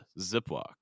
Zipwalk